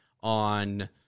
on